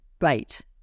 right